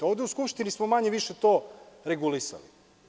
Ovde u Skupštini smo to manje-više regulisali.